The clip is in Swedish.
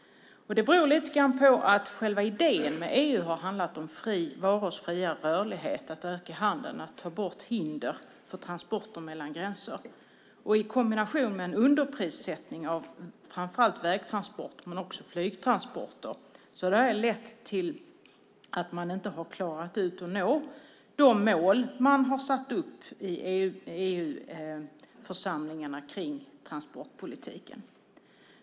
Det beror lite grann på att själva idén med EU har handlat om varors fria rörlighet, att öka handeln och att ta bort hinder för transporter mellan gränser. I kombinationen underprissättning av framför allt vägtransporter men också flygtransporter har det här lett till att man inte har klarat av att nå de mål man har satt upp i EU-församlingarna kring transportpolitiken.